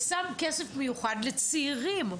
ושם כסף מיוחד לצעירים.